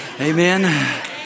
Amen